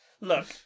look